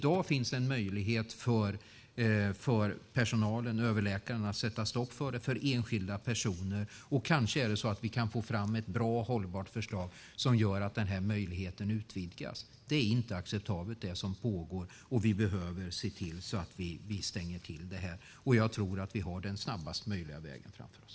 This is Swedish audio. I dag finns en möjlighet för överläkaren att sätta stopp när det gäller enskilda personer. Kanske kan vi få fram ett bra och hållbart förslag som gör att den möjligheten utvidgas. Det är inte acceptabelt, det som pågår, och vi behöver se till att vi stänger till det. Jag tror att vi har den snabbast möjliga vägen framför oss.